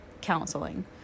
counseling